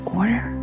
order